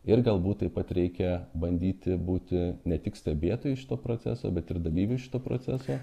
ir galbūt taip pat reikia bandyti būti ne tik stebėtojais šito proceso bet ir dalyviai šito proceso